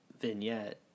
vignette